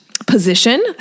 position